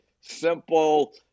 simple